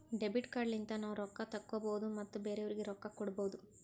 debit card ಲಿಂತ ನಾವ್ ರೊಕ್ಕಾ ತೆಕ್ಕೋಭೌದು ಮತ್ ಬೇರೆಯವ್ರಿಗಿ ರೊಕ್ಕಾ ಕೊಡ್ಭೌದು